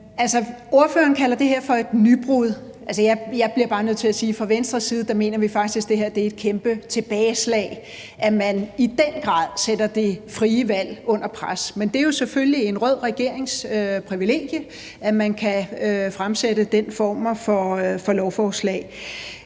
Ordføreren kalder det her for et nybrud – altså, jeg bliver bare nødt til at sige: Fra Venstres side mener vi faktisk, at det her er et kæmpe tilbageslag; at man i den grad sætter det frie valg under pres. Men det er jo selvfølgelig en rød regerings privilegium, at man kan fremsætte den form for lovforslag.